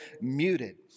muted